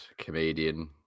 comedian